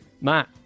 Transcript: Matt